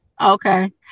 Okay